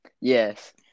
Yes